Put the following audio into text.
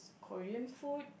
Korean food